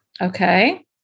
Okay